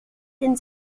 den